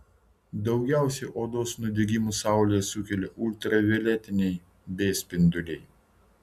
daugiausiai odos nudegimų saulėje sukelia ultravioletiniai b spinduliai